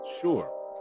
sure